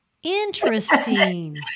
Interesting